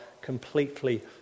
completely